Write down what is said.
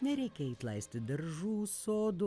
nereikia eit laistyt daržų sodų